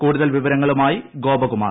കൂടുതൽ വിവരങ്ങളുമായി ഗോപകുമാർ